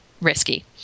risky